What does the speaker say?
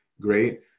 great